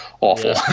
awful